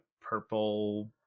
purple